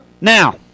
Now